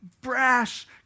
brash